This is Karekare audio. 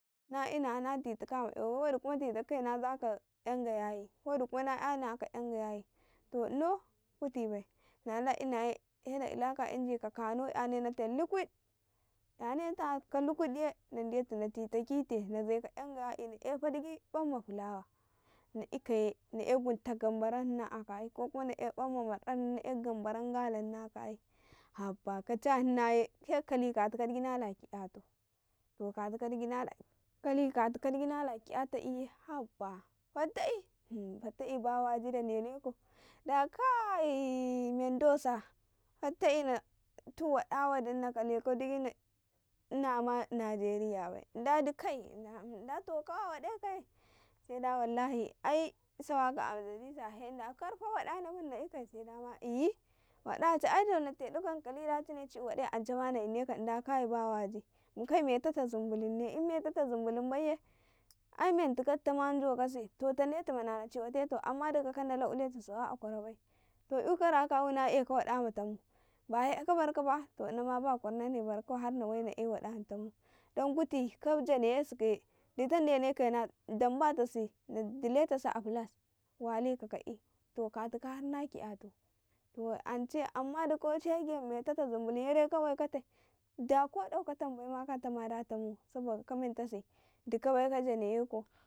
﻿Na ina na titaka afti ma''yawa bai wadi hna titakhka ye nazaka danga yayi to inan kuti bni nala inaye se na ula ''yasu ''yane take lukuite na zeka dan ya'e na e f dgid kwanma fulawana ikaye na e gunta gam baranhnau akayi ko kuma na e kwanma mar danhnau na e gambaran gala a kayi ote kacha hnaye he kali katika gida nala gidatau to kakali katuka gidi nala kidatu biye habba fattaƃi, fattabi bawaji da dene kau da kai mendosa fattabi natu wada wadi nakale kakau gidi na ma nigeria bai bai nda to kawa waɗai kaye seda ai sawaka a majalisa sai inda karfa waɗa hnau mandi na'ikaƃi se dama ehyi ai na teduka nakali da dicine ci ''yu wadai ancema na yin nekau inda kai bawaji mukai me tata zumbulunne in metata zumbu lunbaiye ai mentuka dutama cau kasi to tadetu mana na ciwate tau ammai dukama kan dala uletu sawa bai to ''yu kara kawuna eka waɗa ma tam ai ka barka ba ta ihnama baƙwarhnane barkau kuti ka janene sakaye dita deneka na damba tasi na dile tasi a fulas welika ka'i to ka tuka harna ki''yatau to ance ote dugo he de kawe kate da ko dauka tam bai ma katama da tamu saboka ka mentasi duka bai ka janeneko.